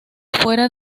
fuera